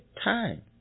time